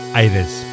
Aires